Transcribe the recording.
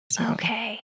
Okay